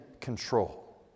control